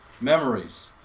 memories